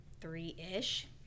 three-ish